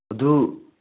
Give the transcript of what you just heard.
ꯑꯗꯨ